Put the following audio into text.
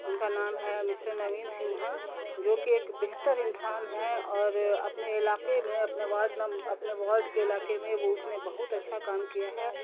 ان کا نام ہے مسٹر نوین سنھا جوکہ ایک بہتر انسان ہے اور اپنے علاقے میں اپنے واڈ اپنے وارڈ کے علاقے میں وہ اس نے بہت اچھا کام کیا ہے